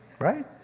right